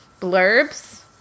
blurbs